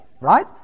right